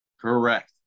correct